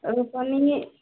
ओकर कमैनी